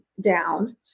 down